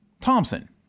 Thompson